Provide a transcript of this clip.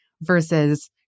versus